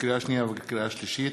לקריאה שנייה ולקריאה שלישית: